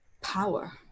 power